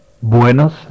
Buenos